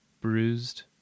bruised